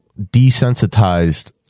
desensitized